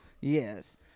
Yes